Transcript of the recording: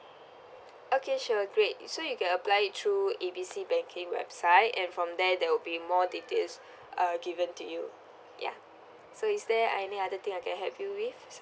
okay sure great so you can apply it through A B C banking website and from there there will be more details uh given to you ya so is there any other thing I can help you with